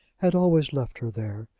had always left her there,